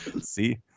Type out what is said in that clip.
see